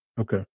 Okay